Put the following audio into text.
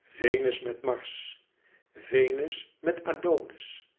venus met mars venus met adonis